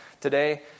today